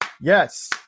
yes